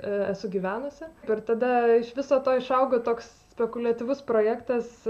esu gyvenusi ir tada iš viso to išaugo toks spekuliatyvus projektas